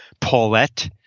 Paulette